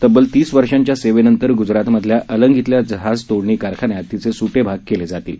तब्बल तीस वर्षांच्या सेवेनंतर गुजरातमधल्या अलंग इथल्या जहाज तोडणी कारखान्यात तिचे सुट्टे भाग केले जातील